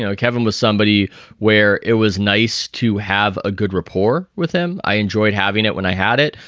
ah kevin was somebody where it was nice to have a good rapport with him. i enjoyed having it when i had it.